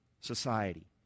society